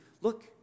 Look